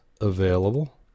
available